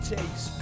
takes